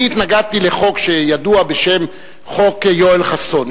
אני התנגדתי לחוק שידוע בשם "חוק יואל חסון",